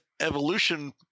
evolution